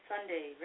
Sunday